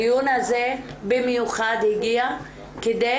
הדיון הזה במיוחד הגיע כדי